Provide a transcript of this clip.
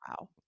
Wow